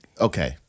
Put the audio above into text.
Okay